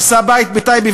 הרסה בית בטייבה,